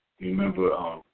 Remember